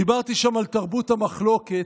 דיברתי שם על תרבות המחלוקת,